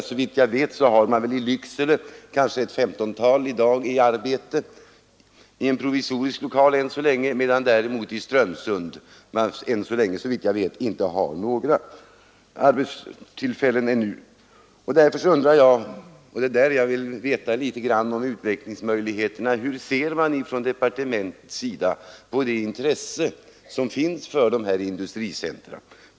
Såvitt jag vet har man i dag kanske ett 15-tal personer i arbete i Lycksele, än så länge i en provisorisk lokal, medan man i Strömsund ännu inte har några arbetstillfällen. Eftersom jag gärna vill veta litet om utvecklingsmöjligheterna undrar jag hur man inom departementet bedömer det intresse som finns för dessa industricentra.